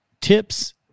tips